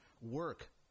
work